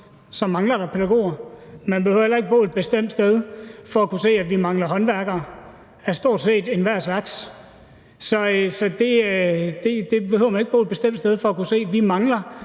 så mangler der pædagoger. Man behøver ikke bo et bestemt sted for at kunne se, at vi mangler håndværkere af stort set enhver slags. Så det behøver man ikke bo et bestemt sted for at kunne se. Vi mangler